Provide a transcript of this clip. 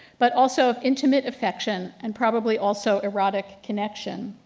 but also intimate affection, and probably also erotic connection.